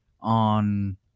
on